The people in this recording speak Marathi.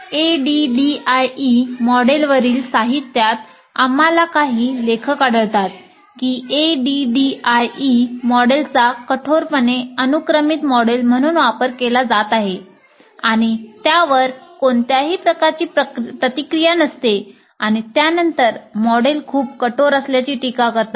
ADDIE मॉडेलवरील साहित्यात आम्हाला काही लेखक आढळतात की ADDIE मॉडेलचा कठोरपणे अनुक्रमित मॉडेल म्हणून वापर केला जात आहे आणि त्यावर कोणत्याही प्रकारची प्रतिक्रिया नसते आणि त्यानंतर मॉडेल खूप कठोर असल्याचे टीका करतात